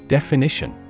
Definition